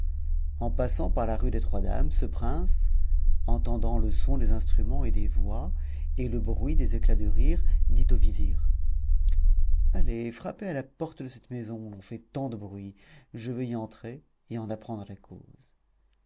en passant par la rue des trois dames ce prince entendant le son des instruments et des voix et le bruit des éclats de rire dit au vizir allez frappez à la porte de cette maison où l'on fait tant de bruit je veux y entrer et en apprendre la cause